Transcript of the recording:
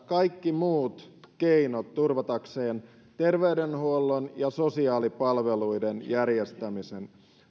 kaikki muut keinot turvatakseen terveydenhuollon ja sosiaalipalveluiden järjestämisen